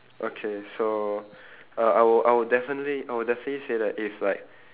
okay so uh I wou~ I would definitely I would definitely say that if like